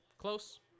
close